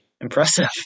impressive